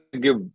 give